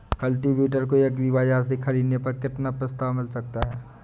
Cultivator को agri बाजार से ख़रीदने पर कितना प्रस्ताव मिल सकता है?